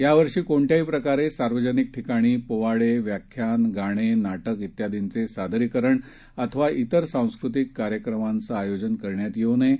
यावर्षी कोणत्याही प्रकारे सार्वजनिक ठिकाणी पोवाडे व्याख्यान गाणे नाटक तियादींचे सादरीकरण अथवा त्वेर सांस्कृतिक कार्यक्रमांचं आयोजन करण्यात येऊ नये